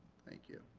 thank you.